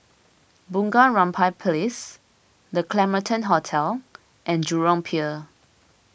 Bunga Rampai Place the Claremont Hotel and Jurong Pier